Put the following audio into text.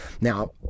Now